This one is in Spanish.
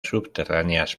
subterráneas